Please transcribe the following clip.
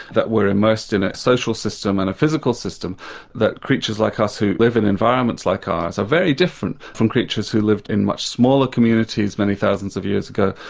that we're immersed in a social system and a physical system that creatures like us who revel in environments like ours, are very different from creatures who lived in much smaller communities many thousands of years ago,